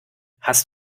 hast